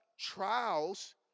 trials